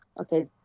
okay